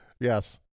Yes